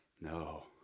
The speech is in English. No